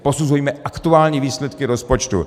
Posuzujme aktuální výsledky rozpočtu.